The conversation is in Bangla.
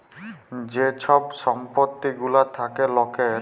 যে ছব সম্পত্তি গুলা থ্যাকে লকের